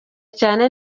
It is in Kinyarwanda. cyane